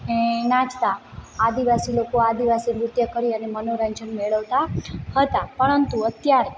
એ નાચતા આદિવાસી લોકો આદિવાસી નૃત્ય કરી અને મનોરંજન મેળવતા હતા પરંતુ અત્યારે